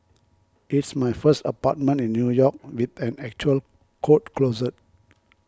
it's my first apartment in New York with an actual coat closet